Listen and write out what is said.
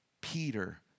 Peter